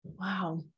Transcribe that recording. Wow